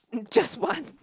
just one